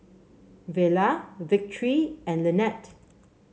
Vela Victory and Lynnette